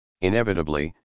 Inevitably